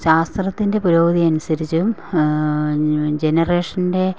ശാസ്ത്രത്തിൻ്റെ പുരോഗതി അനുസരിച്ച് ജനറേഷൻ്റെ